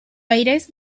aires